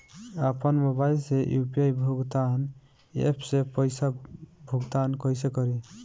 आपन मोबाइल से यू.पी.आई भुगतान ऐपसे पईसा भुगतान कइसे करि?